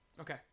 Okay